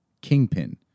Kingpin